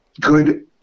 good